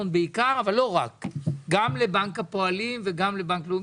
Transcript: גם לבנק הפועלים וגם לבנק לאומי,